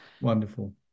Wonderful